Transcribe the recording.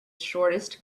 shortest